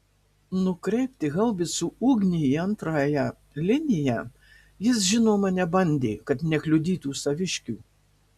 nukreipti haubicų ugnį į antrąją liniją jis žinoma nebandė kad nekliudytų saviškių